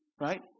right